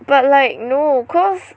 but like no cause